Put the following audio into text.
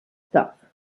stuff